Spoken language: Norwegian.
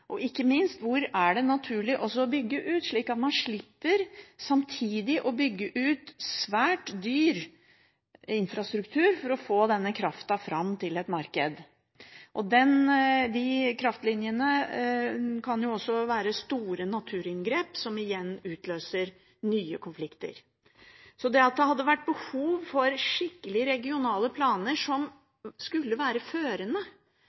og – ikke minst – hvor det er naturlig å bygge ut, slik at man samtidig slipper å bygge ut svært dyr infrastruktur for å få kraften fram til et marked. De kraftlinjene kan også være store naturinngrep, som igjen utløser nye konflikter. Det hadde vært behov for skikkelige regionale planer som var førende